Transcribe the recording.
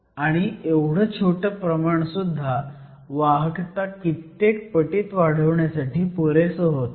आणि एवढं छोटं प्रमाण सुद्धा वाहकता कित्येक पटीत वाढवण्यासाठी पुरेसं होतं